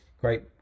Great